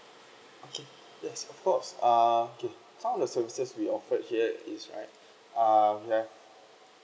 okay yes of course uh okay how the services we offered here is right uh we have